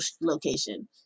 location